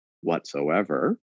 whatsoever